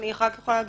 אני רק יכולה להגיד,